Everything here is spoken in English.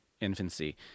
infancy